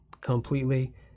completely